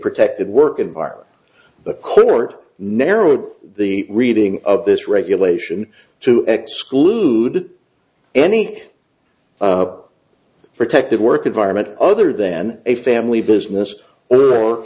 protected work environment but coort narrowed the reading of this regulation to exclude any protected work environment other than a family business or